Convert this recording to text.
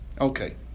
Okay